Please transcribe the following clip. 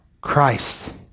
Christ